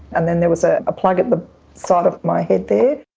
and then there was ah a plug at the side of my head there.